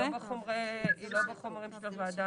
היא לא בחומרים של הוועדה,